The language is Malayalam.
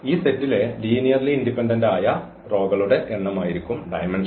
ഈ സെറ്റിലെ ലീനിയർലി ഇൻഡിപെൻഡൻസ് ആയ റോകളുടെ എണ്ണമായിരിക്കും ഡയമെൻഷൻ